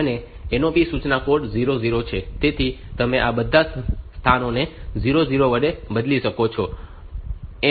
તેથી તમે આ બધા સ્થાનોને 0 0 વડે બદલી શકો છો એમ કહીને કે તે NOP સૂચના છે